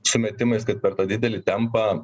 sumetimais kad per tą didelį tempą